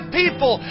people